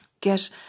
Get